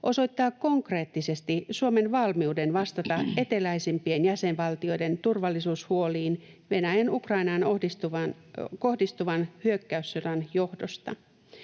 osoittaa konkreettisesti Suomen valmiuden vastata eteläisempien jäsenvaltioiden turvallisuushuoliin Venäjän Ukrainaan kohdistuvan hyökkäyssodan johdosta.